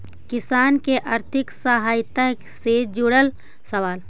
किसान के आर्थिक सहायता से जुड़ल सवाल?